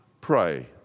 Pray